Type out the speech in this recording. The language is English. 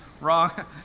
Wrong